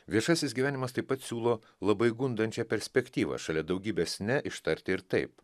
viešasis gyvenimas taip pat siūlo labai gundančią perspektyvą šalia daugybės ne ištarti ir taip